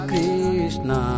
Krishna